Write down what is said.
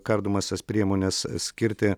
kardomąsias priemones skirti